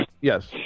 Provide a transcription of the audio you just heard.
Yes